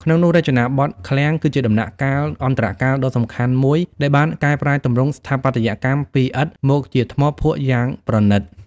ក្នុងនោះ "រចនាបថឃ្លាំង" គឺជាដំណាក់កាលអន្តរកាលដ៏សំខាន់មួយ ដែលបានកែប្រែទម្រង់ស្ថាបត្យកម្មពីឥដ្ឋមកជាថ្មភក់យ៉ាងប្រណីត។